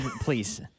Please